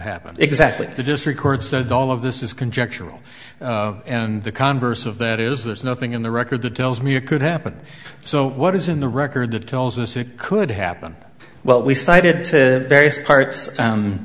happened exactly just records that all of this is conjectural and the converse of that is there's nothing in the record that tells me it could happen so what is in the record that tells us it could happen well we cited to various parts